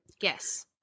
yes